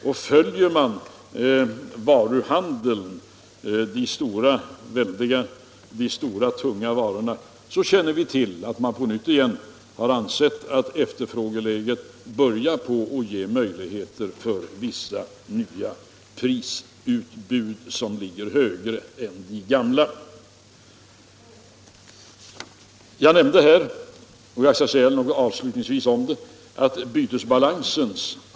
När det gäller handeln med de stora, tunga varorna anser man att efterfrågeläget på nytt börjar ge möjligheter för nya prisutbud som ligger högre än de gamla. Jag nämnde tidigare den allvarliga situationen när det gäller bytesbalansen.